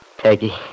Peggy